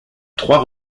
trois